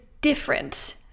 different